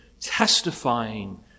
testifying